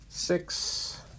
Six